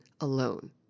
alone